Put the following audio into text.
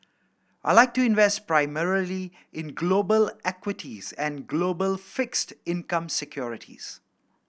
I like to invest primarily in global equities and global fixed income securities